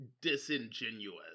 disingenuous